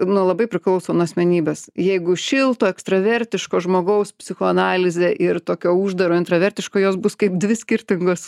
na labai priklauso nuo asmenybės jeigu šilto ekstravertiško žmogaus psichoanalizė ir tokio uždaro intravertiško jos bus kaip dvi skirtingos